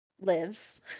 lives